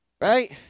Right